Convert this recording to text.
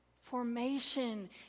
Formation